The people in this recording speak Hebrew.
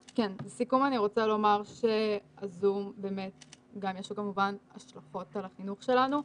לסיכום אני רוצה לומר שהזום באמת יש לו השלכות כמובן על החינוך שלנו,